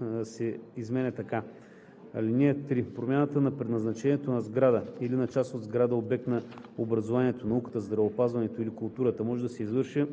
3 се изменя така: „(3) Промяна на предназначението на сграда или на част от сграда – обект на образованието, науката, здравеопазването или културата, може да се извърши